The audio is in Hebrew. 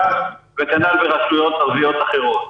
וכנ"ל ברשויות ערביות אחרות.